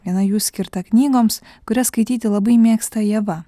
viena jų skirta knygoms kurias skaityti labai mėgsta ieva